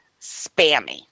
spammy